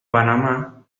panamá